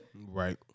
Right